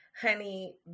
Honey